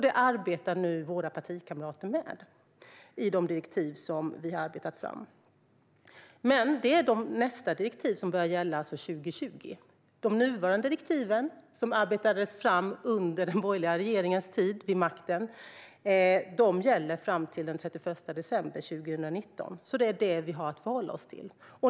Det arbetar nu våra partikamrater med enligt de direktiv som vi har arbetat fram. Men detta handlar alltså om de kommande direktiven, som ska börja gälla 2020. De nuvarande direktiven, som arbetades fram under den borgerliga regeringens tid, gäller fram till den 31 december 2019. Det är detta vi har att förhålla oss till.